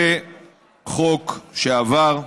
זה חוק שעבר,